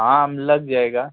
हाँ म लग जाएगा